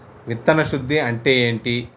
విత్తన శుద్ధి అంటే ఏంటి?